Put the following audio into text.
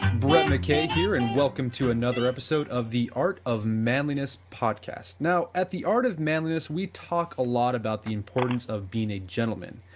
brett mckay here and welcome to another episode of the art of manliness podcast, now at the art of manliness we talk a lot about the importance of being a gentleman,